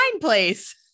place